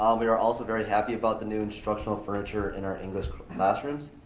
um we are also very happy about the new instructional furniture in our english classrooms.